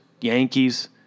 Yankees